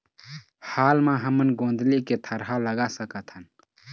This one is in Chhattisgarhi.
हाल मा हमन गोंदली के थरहा लगा सकतहन?